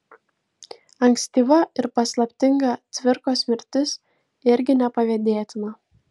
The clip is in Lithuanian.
ankstyva ir paslaptinga cvirkos mirtis irgi nepavydėtina